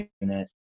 unit